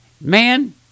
Man